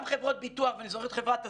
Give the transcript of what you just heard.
גם חברות ביטוח, ואני זוכר את חברת "הסנה",